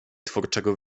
twórczego